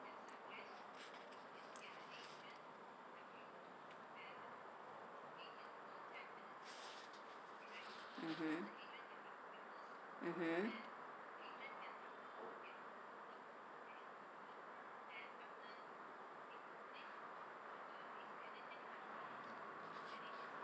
mmhmm mmhmm